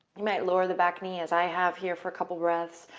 you might lower the back knee as i have here for a couple breaths.